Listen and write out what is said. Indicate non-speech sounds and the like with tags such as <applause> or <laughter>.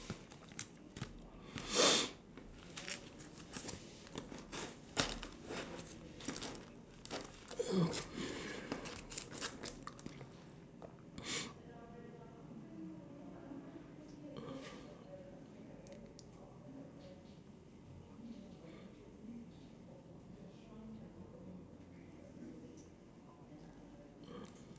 <noise>